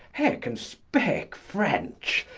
he can speake french,